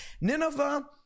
Nineveh